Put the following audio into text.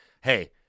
hey